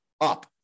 up